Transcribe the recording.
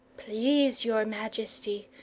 please your majesty,